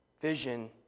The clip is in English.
vision